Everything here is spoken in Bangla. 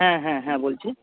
হ্যাঁ হ্যাঁ হ্যাঁ বলছি